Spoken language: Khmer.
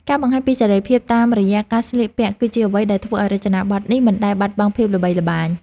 ការបង្ហាញពីសេរីភាពតាមរយៈការស្លៀកពាក់ គឺជាអ្វីដែលធ្វើឱ្យរចនាប័ទ្មនេះមិនដែលបាត់បង់ភាពល្បីល្បាញ។